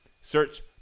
search